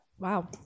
Wow